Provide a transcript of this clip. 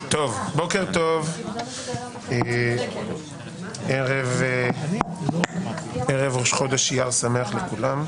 בוקר טוב, ערב ראש חודש אייר שמח לכולם,